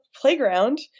playground